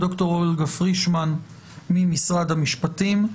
ד"ר אולגה פרישמן ממשרד המשפטים.